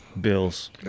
bills